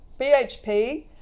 BHP